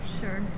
sure